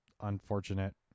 unfortunate